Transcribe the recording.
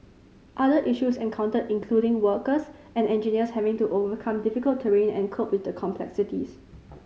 other issues encountered included workers and engineers having to overcome difficult terrain and cope with the complexities